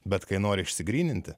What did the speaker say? bet kai nori išsigryninti